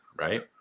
right